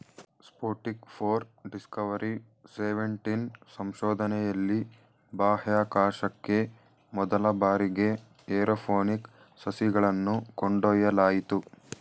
Sputnik four, Discovery seventeen ಸಂಶೋಧನೆಯಲ್ಲಿ ಬಾಹ್ಯಾಕಾಶಕ್ಕೆ ಮೊದಲ ಬಾರಿಗೆ ಏರೋಪೋನಿಕ್ ಸಸಿಗಳನ್ನು ಕೊಂಡೊಯ್ಯಲಾಯಿತು